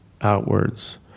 outwards